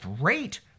rate